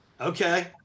Okay